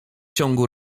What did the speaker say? ciągu